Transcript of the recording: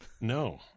No